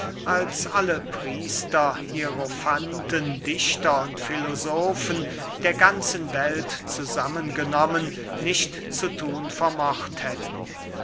als alle priester hierofanten dichter und filosofen der ganzen welt zusammen genommen nicht zu thun vermocht hätten